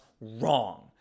wrong